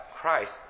Christ